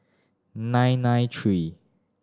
nine nine three